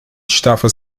estava